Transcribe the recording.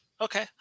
Okay